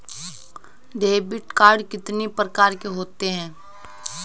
Debit card कितनी प्रकार के होते हैं?